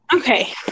Okay